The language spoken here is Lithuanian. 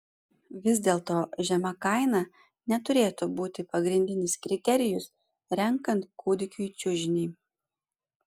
vis dėlto žema kaina neturėtų būti pagrindinis kriterijus renkant kūdikiui čiužinį